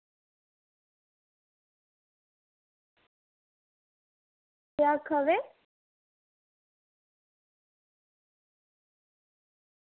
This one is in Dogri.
केह् आक्खा दे